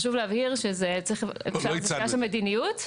חשוב להבהיר שזה עניין של מדיניות,